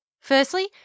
Firstly